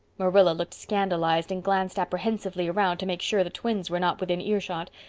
marilla looked scandalized and glanced apprehensively around to make sure the twins were not within earshot.